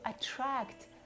attract